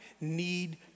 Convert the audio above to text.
need